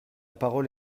parole